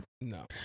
No